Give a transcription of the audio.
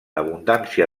abundància